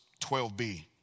12b